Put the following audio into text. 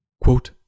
Quote